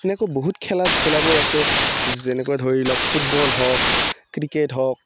এনেকুৱা বহুত খেলা ধূলাবোৰ আছে যেনেকুৱা ধৰি লওক ফুটবল হওক ক্ৰিকেট হওক